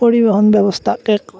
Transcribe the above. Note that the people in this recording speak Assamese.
পৰিবহণ ব্যৱস্থাক এক